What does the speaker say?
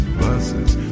buses